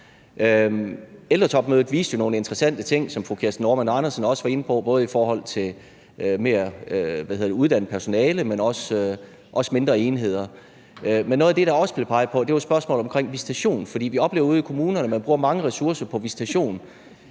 Ældretopmødet viste jo nogle interessante ting, som fru Kirsten Normann Andersen også var inde på, både i forhold til mere uddannet personale, men også mindre enheder. Men noget af det, der også blev peget på, er spørgsmålet om visitation, for vi oplever jo ude i kommunerne, at man bruger mange ressourcer på visitation.